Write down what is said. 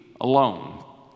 alone